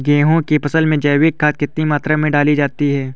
गेहूँ की फसल में जैविक खाद कितनी मात्रा में डाली जाती है?